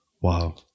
Wow